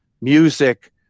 music